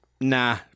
nah